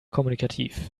kommunikativ